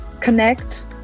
connect